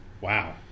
wow